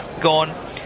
Gone